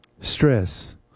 stress